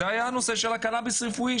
היה הנושא של הקנאביס הרפואי,